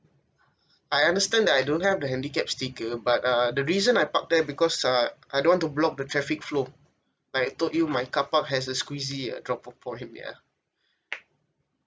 I understand that I don't have the handicap sticker but uh the reason I park there because uh I don't want to block the traffic flow I told you my carpark has a squeezy uh drop off point ya